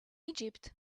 egypt